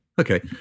Okay